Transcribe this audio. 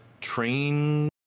train